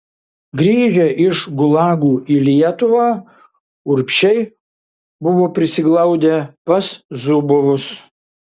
grįžę iš gulagų į lietuvą urbšiai buvo prisiglaudę pas zubovus